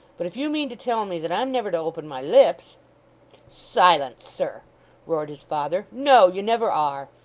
but if you mean to tell me that i'm never to open my lips silence, sir roared his father. no, you never are.